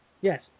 Yes